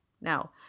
Now